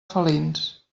felins